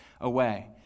away